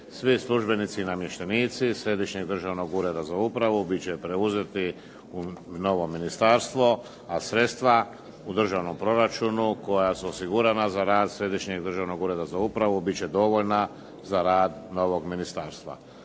Svi službenici i namještenici Središnjeg državnog ureda za upravu bit će preuzeti u novo ministarstvo, a sredstva u državnom proračunu koja su osigurana za rad Središnjeg državnog ureda za upravu bit će dovoljna za rad novog ministarstva.